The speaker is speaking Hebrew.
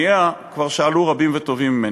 ועל מניעיה כבר שאלו רבים וטובים ממני.